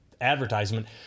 advertisement